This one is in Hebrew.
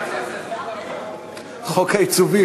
חוק העיצובים,